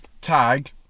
tag